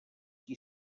qui